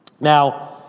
Now